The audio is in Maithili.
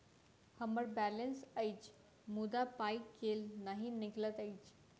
हम्मर बैलेंस अछि मुदा पाई केल नहि निकलैत अछि?